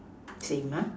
same ah